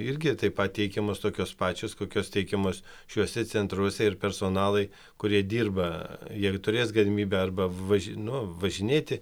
irgi pateikiamos tokios pačios kokios teikiamos šiuose centruose ir personalai kurie dirba jie ir turės galimybę arba važi nu važinėti